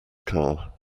car